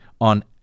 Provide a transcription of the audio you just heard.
on